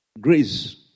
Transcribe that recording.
Grace